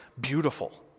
beautiful